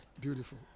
Beautiful